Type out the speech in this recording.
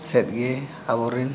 ᱥᱮᱫ ᱜᱮ ᱟᱵᱚ ᱨᱮᱱ